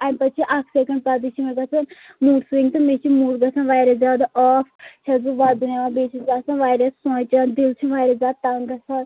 اَمہِ پَتہٕ چھُ اکھ سٮ۪کَنڈ پَتَے چھُ مےٚ گژھان موٗڈ سُوِنٛگ تہٕ مےٚ چھُ موٗڈ گژھان واریاہ زیادٕ آف چھَس بہٕ وَدُن ہٮ۪وان بیٚیہِ چھَس بہٕ آسان واریاہ سونچان دِل چھُم واریاہ زیادٕ تَنٛگ گژھان